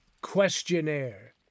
questionnaire